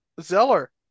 Zeller